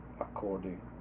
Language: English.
according